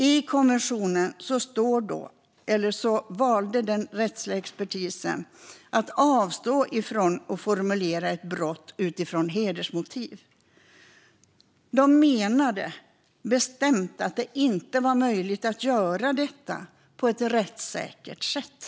I konventionen valde den rättsliga expertisen att avstå från att formulera ett brott utifrån hedersmotiv. De menade bestämt att det inte var möjligt att göra detta på ett rättssäkert sätt.